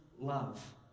love